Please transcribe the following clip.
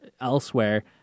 elsewhere